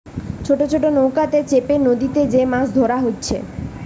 ছোট ছোট নৌকাতে চেপে নদীতে যে মাছ ধোরা হচ্ছে